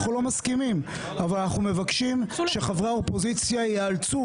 אנחנו לא מסכימים אבל אנחנו מבקשים שחברי האופוזיציה יאלצו